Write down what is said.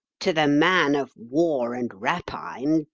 to the man of war and rapine,